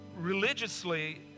religiously